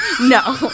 no